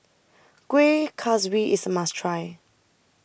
Kuih Kaswi IS A must Try